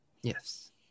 Yes